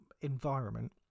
environment